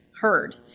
heard